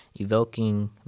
evoking